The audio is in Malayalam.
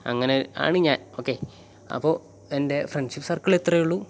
അങ്ങനെ ആണ് ഞാൻ ഓക്കേ അപ്പോൾ എൻ്റെ ഫ്രണ്ട്ഷിപ്പ് സർക്കിൾ ഇത്രയേ ഉള്ളൂ